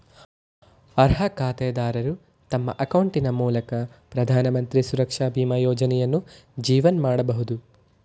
ಅರ್ಹ ಖಾತೆದಾರರು ತಮ್ಮ ಅಕೌಂಟಿನ ಮೂಲಕ ಪ್ರಧಾನಮಂತ್ರಿ ಸುರಕ್ಷಾ ಬೀಮಾ ಯೋಜ್ನಯನ್ನು ಜೀವನ್ ಮಾಡಬಹುದು